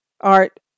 art